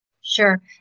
Sure